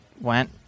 went